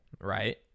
right